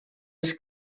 els